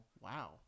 Wow